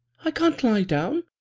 i can't lie down.